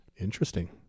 Interesting